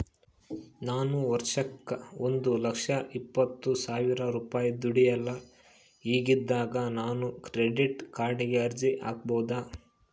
ನಾನು ವರ್ಷಕ್ಕ ಒಂದು ಲಕ್ಷ ಇಪ್ಪತ್ತು ಸಾವಿರ ರೂಪಾಯಿ ದುಡಿಯಲ್ಲ ಹಿಂಗಿದ್ದಾಗ ನಾನು ಕ್ರೆಡಿಟ್ ಕಾರ್ಡಿಗೆ ಅರ್ಜಿ ಹಾಕಬಹುದಾ?